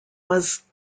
was